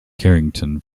carrington